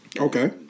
Okay